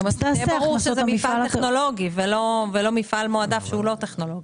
שיהיה ברור שזה מפעל טכנולוגי ולא מפעל מועדף שהוא לא טכנולוגי.